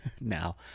now